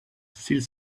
sil